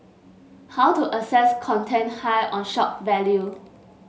how to assess content high on shock value